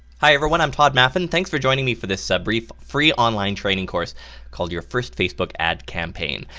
hi everyone. i'm tod maffin. thanks for joining me for this so brief free online training course called your first facebook ad campaign.